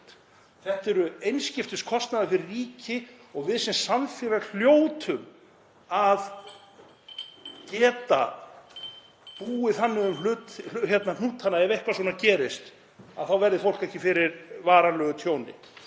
þetta er einskiptiskostnaður fyrir ríki og við sem samfélag hljótum að geta búið þannig um hnútana að ef eitthvað gerist þá verði fólk ekki fyrir varanlegu tjóni.